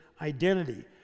identity